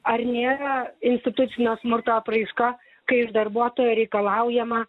ar nėra institucinio smurto apraiška kai iš darbuotojo reikalaujama